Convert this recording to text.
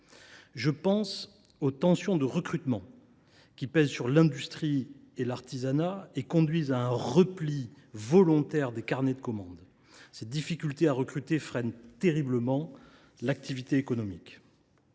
De même, des tensions de recrutement pèsent sur l’industrie et l’artisanat et conduisent à un repli volontaire des carnets de commandes. Ces difficultés à recruter freinent terriblement l’activité économique.